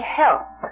help